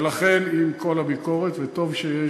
ולכן, עם כל הביקורת, וטוב שיש.